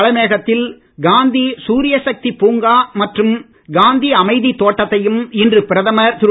தலைமையகத்தில் காந்தி சூரிய சக்திப் பூங்கா மற்றும் காந்தி அமைதித் தோட்டத்தையும் இன்று பிரதமர் திரு